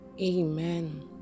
Amen